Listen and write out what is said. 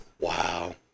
Wow